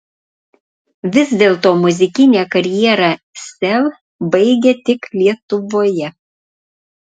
vis dėlto muzikinę karjerą sel baigia tik lietuvoje